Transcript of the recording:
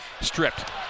stripped